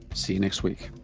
see you next week